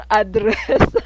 address